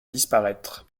disparaître